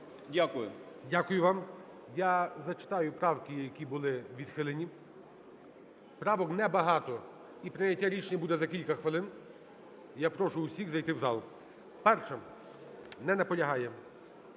Дякую вам. Я зачитаю правки, які були відхилені. Правок небагато, і прийняття рішення буде за кілька хвилин. Я прошу всіх зайти в зал. 1-а. Не наполягає.